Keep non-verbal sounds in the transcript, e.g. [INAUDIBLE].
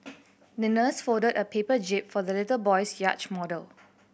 [NOISE] the nurse folded a paper jib for the little boy's yacht model